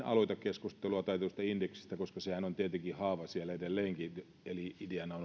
aloita keskustelua taitetusta indeksistä koska sehän on tietenkin haava siellä edelleenkin eli